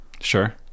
Sure